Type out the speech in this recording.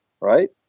right